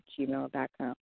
gmail.com